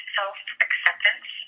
self-acceptance